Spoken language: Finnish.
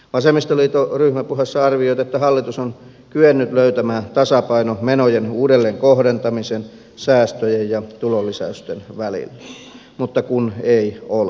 vasemmistoliitto ryhmäpuheessaan arvioi että hallitus on kyennyt löytämään tasapainon menojen uudelleen kohdentamisen säästöjen ja tulonlisäysten välille mutta kun ei ole